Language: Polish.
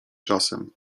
czasem